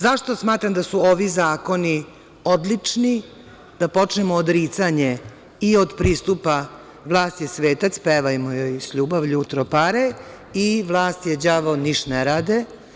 Zašto smatram da su ovi zakoni odlični da počnemo odricanje i od pristupa vlast je svetac, pevajmo joj s ljubavlju u tropare i vlast je đavo, niš ne rade?